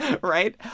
Right